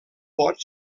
pot